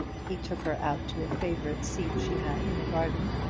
he took her out to a favourite seat she had in the garden,